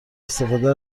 استفاده